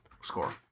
score